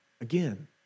Again